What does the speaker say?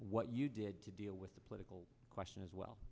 what you did to deal with the political question as well